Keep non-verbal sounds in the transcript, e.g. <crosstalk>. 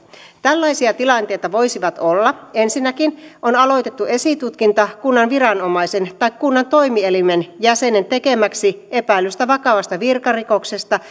tällaisia tilanteita voisivat olla ensinnäkin se että on aloitettu esitutkinta kunnan viranomaisen tai kunnan toimielimen jäsenen tekemäksi epäillystä vakavasta virkarikoksesta <unintelligible>